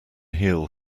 heel